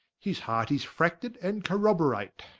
his heart is fracted and corroborate